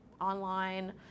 online